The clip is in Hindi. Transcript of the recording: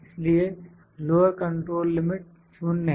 इसलिए लोअर कंट्रोल लिमिट 0 है